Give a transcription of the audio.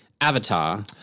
Avatar